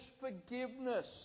forgiveness